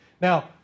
Now